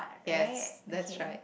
yes that's right